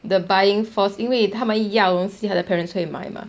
the buying force 因为他们要的东西他的 parents 会买 mah